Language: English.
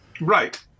right